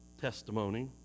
testimony